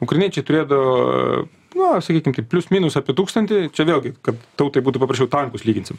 ukrainiečiai turėdavo na sakykim taip plius minus apie tūkstantį čia vėlgi kad tautai būtų paprasčiau tankus lyginsim